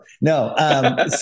No